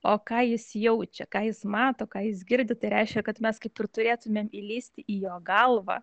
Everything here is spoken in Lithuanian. o ką jis jaučia ką jis mato ką jis girdi tai reiškia kad mes kaip ir turėtumėm įlįsti į jo galvą